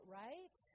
right